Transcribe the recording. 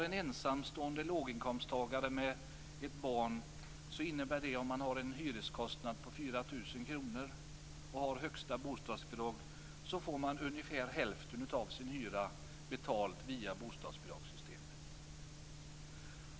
En ensamstående låginkomsttagare med ett barn som har en hyreskostnad på 4 000 kr och som har det högsta bostadsbidraget får ungefär hälften av sin hyra betald via bostadsbidragssystemet.